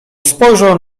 spojrzał